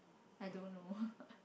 I don't know